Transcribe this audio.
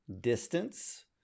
distance